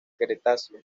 cretácico